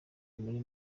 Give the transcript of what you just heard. muri